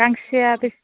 गांसेयाव बेसे